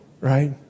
right